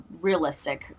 realistic